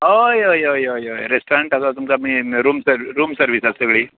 हय हय हय हय रेस्टोरंटाचो तुमकां main room service room service आसतली